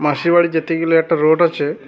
মাসিরবাড়ি যেতে গেলে একটা রোড আছে